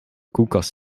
koelkast